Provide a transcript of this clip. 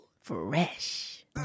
Fresh